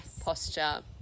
posture